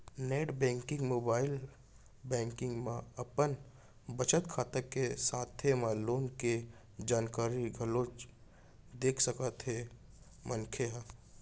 net banking, mobile banking म अपन बचत खाता के साथे म लोन के जानकारी घलोक देख सकत हे मनसे ह